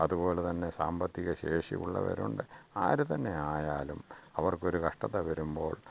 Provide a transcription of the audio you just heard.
അതുപോലെ തന്നെ സാമ്പത്തിക ശേഷിയുള്ളവരുണ്ട് ആരു തന്നെ ആയാലും അവർക്ക് ഒരു കഷ്ടത വരുമ്പോൾ